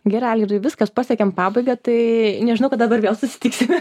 gerai algirdai viskas pasiekėm pabaigą tai nežinau kada dabar vėl susitiksim